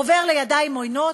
עובר לידיים עוינות?